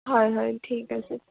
হয় হয় ঠিক আছে